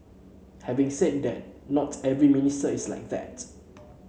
having said that not every minister is like that